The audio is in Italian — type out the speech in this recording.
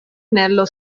nello